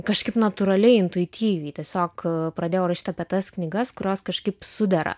kažkaip natūraliai intuityviai tiesiog pradėjau rašyt apie tas knygas kurios kažkaip sudera